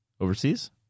Overseas